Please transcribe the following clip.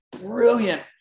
brilliant